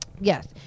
Yes